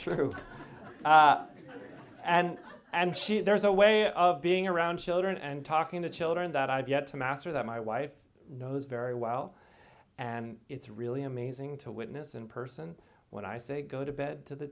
true and and she there's a way of being around children and talking to children that i have yet to master that my wife knows very well and it's really amazing to witness in person when i say go to bed to the